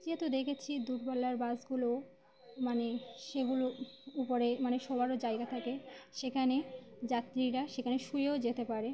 যেহেতু দেখেছি দূরপাল্লার বাসগুলো মানে সেগুলো উপরে মানে শোওয়ারও জায়গা থাকে সেখানে যাত্রীরা সেখানে শুয়েও যেতে পারে